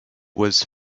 was